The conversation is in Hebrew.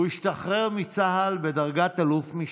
הוא השתחרר מצה"ל בדרגת אלוף משנה.